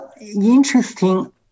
interesting